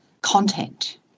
content